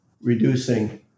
Reducing